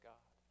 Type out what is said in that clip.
God